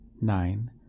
Nine